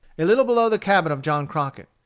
a little below the cabin of john crockett.